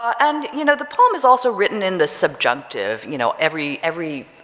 and you know the poem is also written in the subjunctive, you know every, every,